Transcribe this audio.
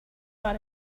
far